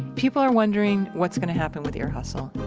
people are wondering what's gonna happen with ear hustle.